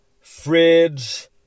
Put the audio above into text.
fridge